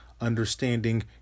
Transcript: Understanding